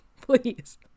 please